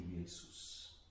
Jesus